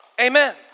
Amen